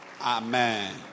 Amen